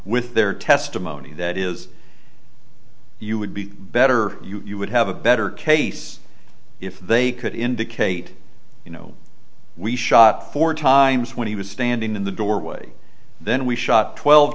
with their testimony that is you would be better you would have a better case if they could indicate you know we shot four times when he was standing in the doorway then we shot twelve